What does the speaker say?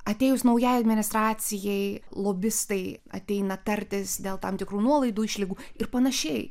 atėjus naujai administracijai lobistai ateina tartis dėl tam tikrų nuolaidų išlygų ir panašiai